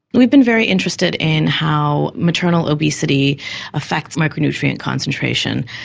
we've been very interested in how maternal obesity affects micronutrient concentration.